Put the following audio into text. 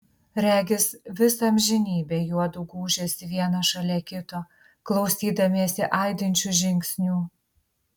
regis visą amžinybę juodu gūžėsi vienas šalia kito klausydamiesi aidinčių žingsnių